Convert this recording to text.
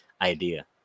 idea